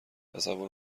تصور